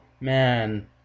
Man